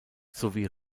sowie